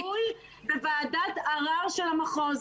מסיבה שקיבלה --- בוועדת ערר של המחוז.